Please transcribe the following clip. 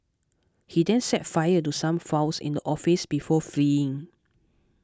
he then set fire to some files in the office before fleeing